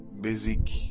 Basic